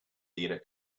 theater